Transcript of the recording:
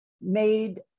made